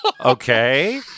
Okay